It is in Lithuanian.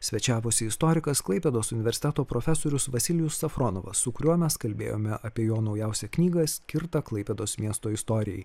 svečiavosi istorikas klaipėdos universiteto profesorius vasilijus safronovas su kuriuo mes kalbėjome apie jo naujausią knygą skirtą klaipėdos miesto istorijai